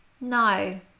no